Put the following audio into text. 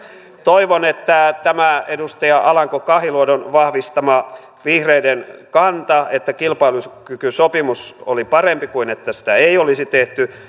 toivon että tämä edustaja alanko kahiluodon vahvistama vihreiden kanta että kilpailukykysopimus oli parempi kuin se että sitä ei olisi tehty